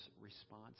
response